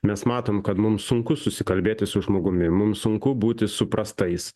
mes matom kad mums sunku susikalbėti su žmogumi mums sunku būti suprastais